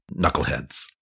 knuckleheads